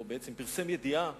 או בעצם פרסם ידיעה,